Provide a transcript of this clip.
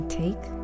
take